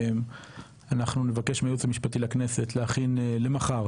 אנחנו נבקש מהיועץ המשפטי לכנסת להכין למחר